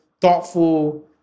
thoughtful